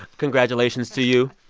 congratulations to you.